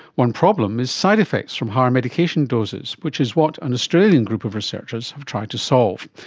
one problem is side-effects from higher medication doses, which is what an australia group of researchers have tried to solve,